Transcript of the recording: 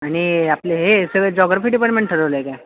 आणि आपले हे सगळे जॉग्राफी डिपार्टमेंट ठरवलं आहे काय